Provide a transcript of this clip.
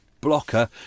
blocker